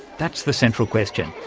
that's the central question.